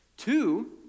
Two